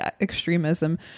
extremism